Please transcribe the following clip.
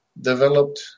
developed